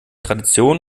tradition